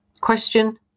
Question